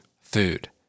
Food